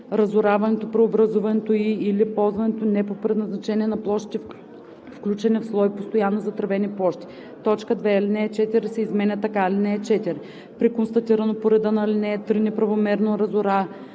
разораването, преобразуването и/или ползването не по предназначение на площите, включени в слой „Постоянно затревени площи“.“ 2. Алинея 4 се изменя така: „(4) При констатирано по реда на ал. 3 неправомерно разораване,